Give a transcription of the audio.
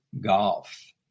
Golf